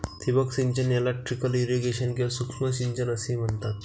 ठिबक सिंचन याला ट्रिकल इरिगेशन किंवा सूक्ष्म सिंचन असेही म्हणतात